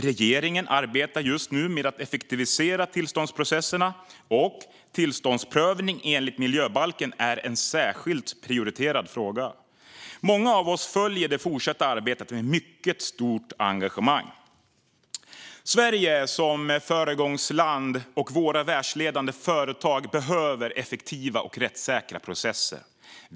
Regeringen arbetar just nu med att effektivisera tillståndsprocesserna, och tillståndsprövning enligt miljöbalken är en särskilt prioriterad fråga. Många av oss följer det fortsatta arbetet med mycket stort engagemang. Sverige som föregångsland och våra världsledande företag behöver effektiva och rättssäkra processer.